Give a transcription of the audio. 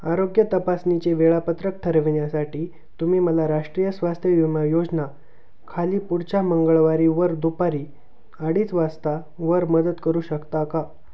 आरोग्य तपासणीचे वेळापत्रक ठरविण्यासाठी तुम्ही मला राष्ट्रीय स्वास्थ्य विमा योजना खाली पुढच्या मंगळवारीवर दुपारी अडीच वाजतावर मदत करू शकता का